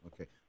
Okay